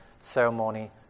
ceremony